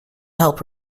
help